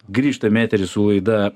grįžtam į eterį su laida